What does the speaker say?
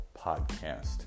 podcast